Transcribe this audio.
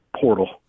portal